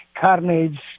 carnage